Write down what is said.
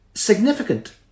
Significant